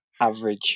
average